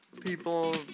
people